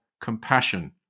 compassion